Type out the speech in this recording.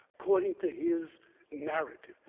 according to his narrative.